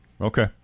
okay